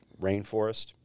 rainforest